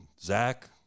Zach